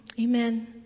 amen